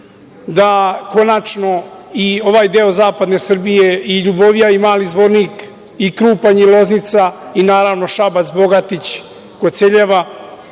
da konačno i ovaj deo zapadne Srbije, i Ljubovija i Mali Zvornik i Krupanj i Loznica i naravno Šabac, Bogatić, Koceljeva